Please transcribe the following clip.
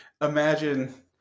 imagine